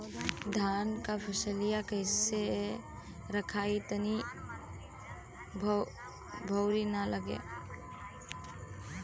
धान क फसलिया कईसे रखाई ताकि भुवरी न लगे?